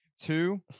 two